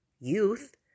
youth